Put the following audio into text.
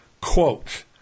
quote